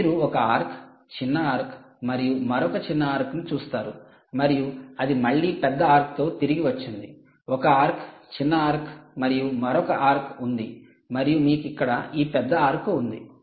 మీరు ఒక ఆర్క్ చిన్న ఆర్క్ మరియు మరొక చిన్న ఆర్క్ ను చూస్తారు మరియు అది మళ్ళీ పెద్ద ఆర్క్ తో తిరిగి వచ్చింది ఒక ఆర్క్ చిన్న ఆర్క్ మరియు మరొక ఆర్క్ ఉంది మరియు మీకు ఇక్కడ ఈ పెద్ద ఆర్క్ ఉంది